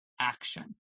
action